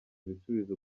ibisubizo